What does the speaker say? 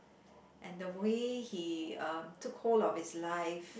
and the way he um took hold of his life